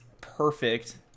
perfect